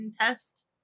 test